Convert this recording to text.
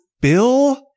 Bill